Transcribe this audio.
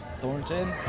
Thornton